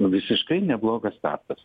nu visiškai neblogas startas